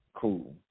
Cool